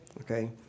okay